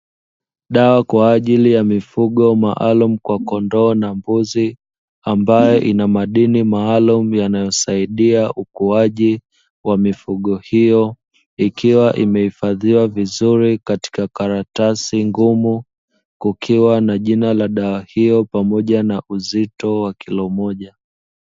Dawa kwa ajili ya mifugo maalaumu kwa kondoo na mbuzi, ambayo ina madini maalumu yanayosaidia ukuaji wa mifugo hiyo, ikiwa imehifadhia vizuri katika karatasi ngumu, kukiwa na jina la dawa hiyo pamoja na uzito wa kilo moja.